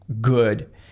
good